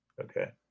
Okay